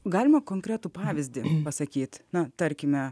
galima konkretų pavyzdį pasakyti na tarkime